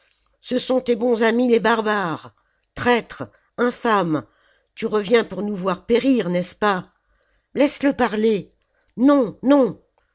ce sont tes bons amis les barbares traître infâme tu reviens pour nous voir périr n'est-ce pas laissez-le parler non non